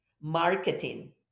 marketing